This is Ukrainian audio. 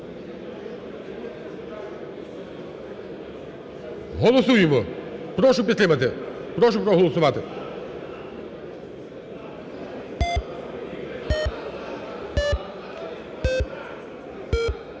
голосуємо, прошу підтримати, прошу проголосувати.